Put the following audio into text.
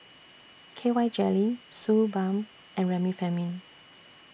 K Y Jelly Suu Balm and Remifemin